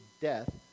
death